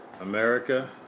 America